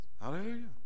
Hallelujah